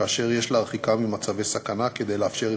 כאשר יש להרחיקם ממצבי סכנה כדי לאפשר את